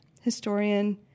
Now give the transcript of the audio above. historian